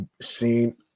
seen